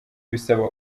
bisaba